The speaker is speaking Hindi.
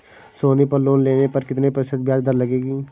सोनी पर लोन लेने पर कितने प्रतिशत ब्याज दर लगेगी?